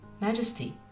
Majesty